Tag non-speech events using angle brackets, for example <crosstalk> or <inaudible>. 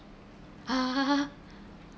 <laughs>